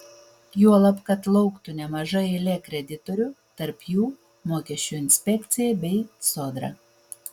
juolab kad lauktų nemaža eilė kreditorių tarp jų mokesčių inspekcija bei sodra